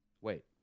wait